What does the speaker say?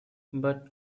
but